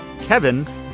Kevin